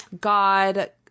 God